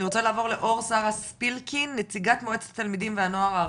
אני רוצה לעבור לאור שרה ספירקין נציגת מועצת התלמידים והנוער הארצית.